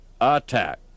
attack